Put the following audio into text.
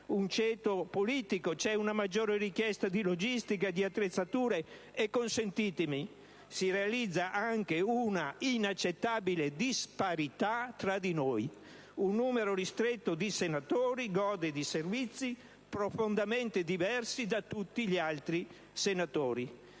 un ceto politico, c'è una maggiore richiesta di logistica, di attrezzature, e si realizza anche una inaccettabile disparità tra di noi: un numero ristretto di senatori gode di servizi profondamente diversi da quelli di tutti gli altri senatori.